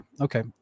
Okay